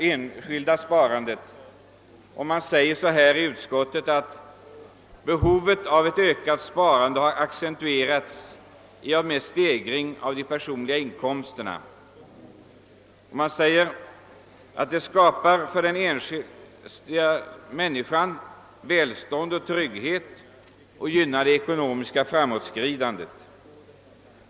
Utskottet säger att behovet av ett ökat sparande har accentuerats i och med stegringen av de personliga inkomsterna, att sparandet skapar för den enskilda människan välstånd och trygghet och gynnar det ekonomiska framåtskridandet.